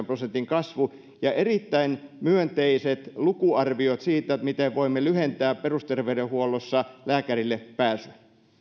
prosentin kasvu ja erittäin myönteiset lukuarviot siitä miten voimme lyhentää perusterveydenhuollossa lääkärillepääsyä